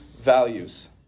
values